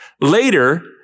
later